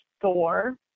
Thor